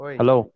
hello